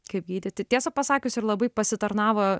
kaip gydyti tiesą pasakius ir labai pasitarnavo